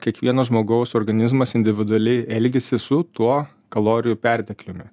kiekvieno žmogaus organizmas individualiai elgiasi su tuo kalorijų pertekliumi